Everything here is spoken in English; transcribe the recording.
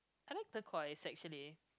I like tequila actually